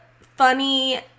funny